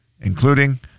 including